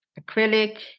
acrylic